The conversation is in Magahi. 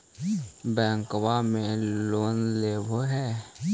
बैंकवा से लोनवा लेलहो हे?